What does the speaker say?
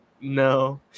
No